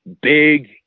big